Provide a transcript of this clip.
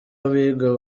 abiga